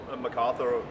MacArthur